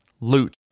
loot